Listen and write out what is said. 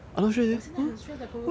我现在很 stress lah 可不可以